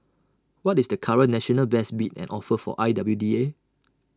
what is the current national best bid and offer for I W D A